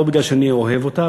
לא בגלל שאני אוהב אותה,